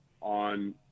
on